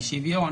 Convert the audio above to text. אי-שוויון,